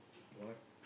what